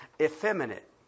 effeminate